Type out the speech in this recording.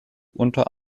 unter